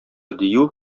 дию